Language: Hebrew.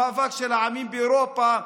המאבק של העמים באירופה.